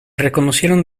reconocieron